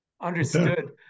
Understood